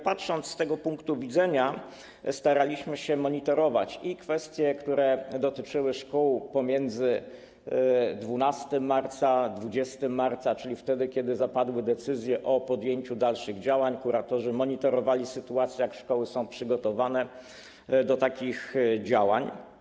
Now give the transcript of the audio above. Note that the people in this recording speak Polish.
Patrząc z tego punktu widzenia, staraliśmy się monitorować kwestie, które dotyczyły szkół pomiędzy 12 marca a 20 marca, czyli wtedy, kiedy zapadły decyzje o podjęciu dalszych działań, kuratorzy monitorowali sytuację, jak szkoły są przygotowane do takich działań.